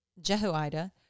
Jehoiada